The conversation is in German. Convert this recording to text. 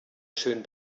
schön